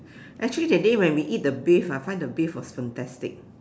actually that day when we eat the beef ah I find the beef was fantastic